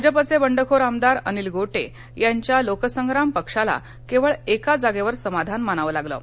भाजपाचे बडखोर आमदार अनिल गोटे यांच्या लोकसंग्राम पक्षाला केवळ एका जागेवर समाधान मानाव लागल आहे